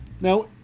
Now